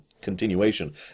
continuation